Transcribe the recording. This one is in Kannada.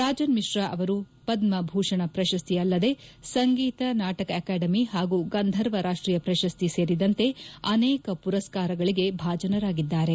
ರಾಜನ್ ಮಿಶ್ರಾ ಅವರು ಪದ್ಮ ಭೂಷಣ ಪ್ರಶಸ್ತಿ ಅಲ್ಲದೆ ಸಂಗೀತ ನಾಟಕ ಅಕಾಡೆಮಿ ಹಾಗೂ ಗಂಧರ್ವ ರಾಷ್ಟೀಯ ಪ್ರಶಸ್ತಿ ಸೇರಿದಂತೆ ಅನೇಕ ಪುರಸ್ಕಾರಗಳಿಗೆ ಭಾಜನರಾಗಿದ್ದಾರೆ